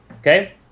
Okay